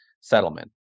settlement